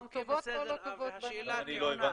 גם אני לא.